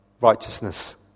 righteousness